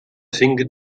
cinc